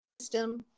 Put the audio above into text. system